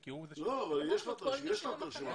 כי הממשלה לא החליטה.